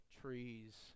trees